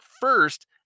first